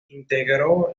integró